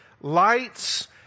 Lights